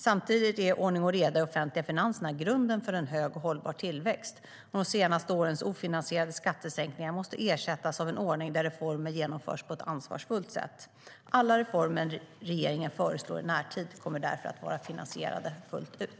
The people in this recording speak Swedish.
Samtidigt är ordning och reda i de offentliga finanserna grunden för en hög och hållbar tillväxt. De senaste årens ofinansierade skattesänkningar måste ersättas av en ordning där reformer genomförs på ett ansvarsfullt sätt. Alla reformer som regeringen kommer att föreslå i närtid kommer därför att vara finansierade fullt ut.